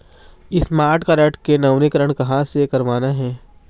Smart card के नवीनीकरण कहां से करवाना हे?